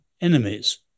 enemies